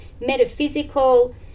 metaphysical